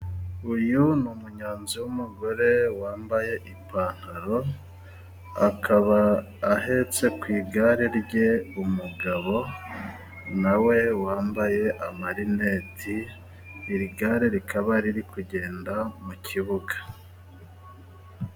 Uyu ni umunyozi w'umugore wambaye ipantalo, akaba ahetse ku igare rye umugabo nawe wambaye amarineti, iri gare rikaba riri kugenda mu kibuga.